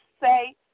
say